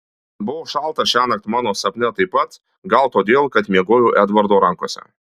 buvo šalta šiąnakt mano sapne taip pat gal todėl kad miegojau edvardo rankose